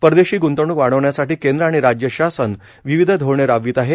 परदेशी ग्ंतवणूक वाढवण्यासाठी केंद्र आणि राज्य शासन विविध धोरणे राबवित आहे